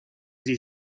sie